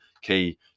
key